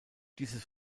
dieses